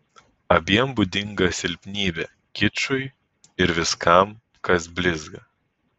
abiem būdinga silpnybė kičui ir viskam kas blizga